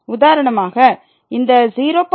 உதாரணமாக இந்த 0